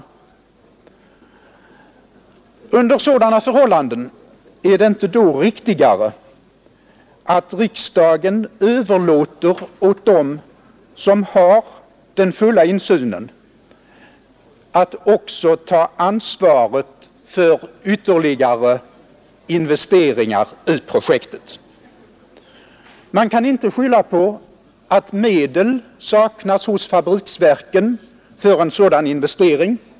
Är det inte under sådana förhållanden riktigare att riksdagen överlåter åt dem som har den fulla insynen att också ta ansvaret för ytterligare investeringar i projektet? Man kan inte skylla på att medel saknas hos fabriksverken för en sådan investering.